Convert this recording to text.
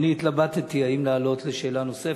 התלבטתי אם לעלות לשאלה נוספת.